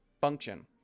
function